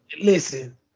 Listen